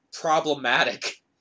problematic